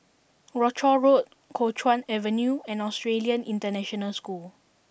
Rochor Road Kuo Chuan Avenue and Australian International School